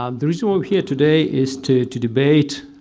um the reason we're here today is to to debate,